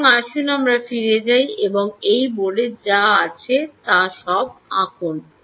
সুতরাং আসুন আমরা ফিরে যাই এবং এই বোর্ডে যা আছে তা সব আঁকুন